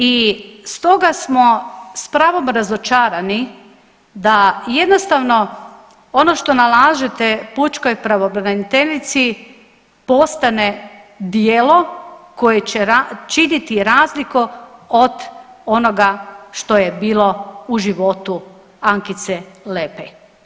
I stoga smo s pravom razočarani da jednostavno ono što nalažete pučkoj pravobraniteljici postane djelo koje će činiti razliku od onoga što je bilo u životu Ankice Lepej.